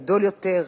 גדול יותר,